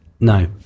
no